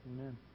Amen